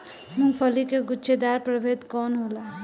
मूँगफली के गुछेदार प्रभेद कौन होला?